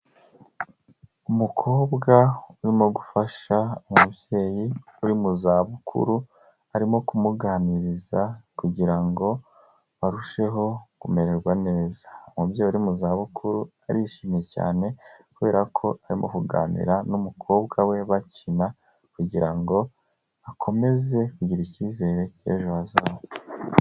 Umukobwa urimo gufasha umubyeyi uri mu zabukuru arimo kumuganiriza kugira ngo arusheho kumererwa neza, umubyeyi uri mu zabukuru arishimye cyane kubera ko arimo kuganira n'umukobwa we bakina kugira ngo akomeze kugira ikizere cy'ejo hazaza.